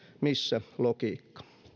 missä logiikka